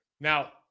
Now